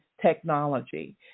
technology